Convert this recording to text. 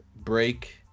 break